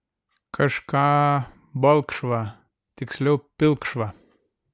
kažką balkšvą tiksliau pilkšvą